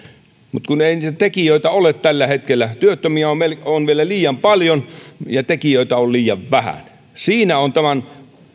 mutta kun ei niitä tekijöitä ole tällä hetkellä työttömiä on vielä liian paljon ja tekijöitä on liian vähän siinä on tämän